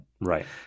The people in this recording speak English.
right